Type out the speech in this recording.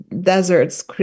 deserts